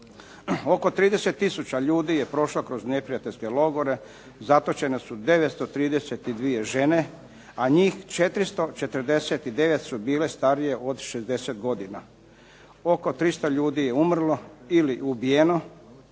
Oko 30 tisuća ljudi je prošlo kroz neprijateljske logore, zatočene su 932 žene, a njih 449 su bile starije od 60 godina. Oko 300 ljudi je umrlo, odnosno ubijeno,